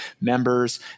members